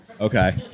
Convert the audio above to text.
Okay